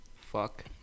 fuck